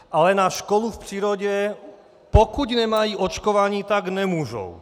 Ale na školu v přírodě, pokud nemají očkování, tak jít nemůžou.